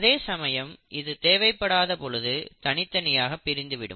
அதேசமயம் இது தேவைப்படாத பொழுது தனித்தனியாக பிரிந்து விடும்